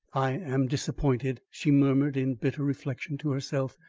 i am disappointed, she murmured in bitter reflection to herself.